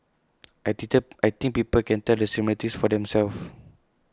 I I think people can tell the similarities for themselves